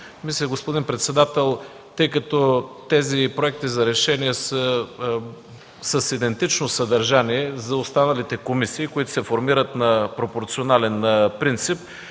Господин председател, тъй като тези проекти за решения са с идентично съдържание и за останалите комисии, които се формират на пропорционален принцип,